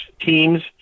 teams